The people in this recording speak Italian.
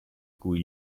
cui